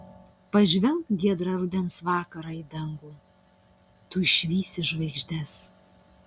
pažvelk giedrą rudens vakarą į dangų tu išvysi žvaigždes